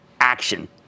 action